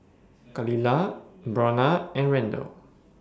Khalilah Brionna and Randle